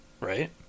Right